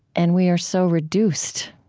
and we are so reduced